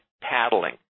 paddling